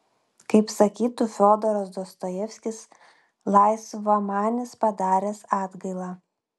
kaip sakytų fiodoras dostojevskis laisvamanis padaręs atgailą